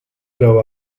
grew